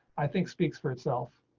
i think speaks for itself.